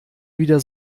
wieder